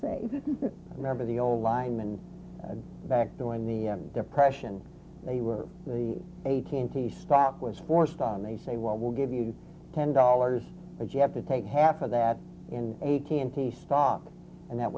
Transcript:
save remember the old linemen back during the depression they were the eighteenth tee stock was forced on they say well we'll give you ten dollars but you have to take half of that in a candy stock and that